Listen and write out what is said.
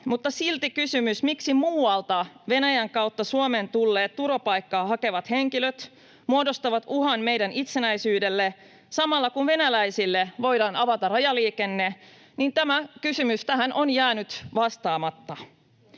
silti kysymykseen, miksi muualta Venäjän kautta Suomeen tulleet turvapaikkaa hakevat henkilöt muodostavat uhan meidän itsenäisyydellemme samalla, kun venäläisille voidaan avata rajaliikenne, tähän kysymykseen on jäänyt vastaamatta.